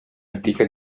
antica